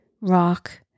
rock